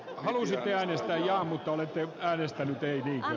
halusin järjestää jo nyt olette äänestänyt ei ole